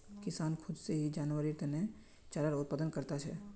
किसान खुद से ही जानवरेर तने चारार उत्पादन करता छे